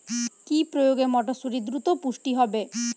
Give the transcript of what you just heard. কি প্রয়োগে মটরসুটি দ্রুত পুষ্ট হবে?